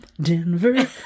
Denver